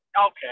okay